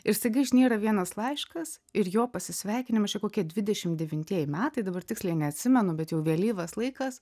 ir staiga išnyra vienas laiškas ir jo pasisveikinimas čia kokie dvidešim devintieji metai dabar tiksliai neatsimenu bet jau vėlyvas laikas